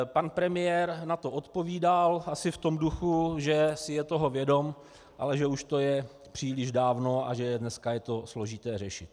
Pan premiér na to odpovídal asi v tom duchu, že si je toho vědom, ale že už to je příliš dávno a že dneska je to složité řešit.